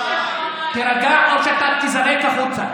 תירגע או שאתה תיזרק החוצה.